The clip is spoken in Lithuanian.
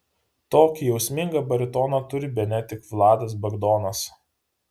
tokį jausmingą baritoną turi bene tik vladas bagdonas